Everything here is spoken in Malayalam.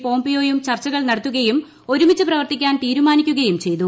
പോംപിയോയും ചർച്ചകൾ നടത്തുകയും ഒരുമിച്ച് പ്രവർത്തിക്കാൻ തീരുമാനിക്കുകയും ചെയ്തു